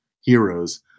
heroes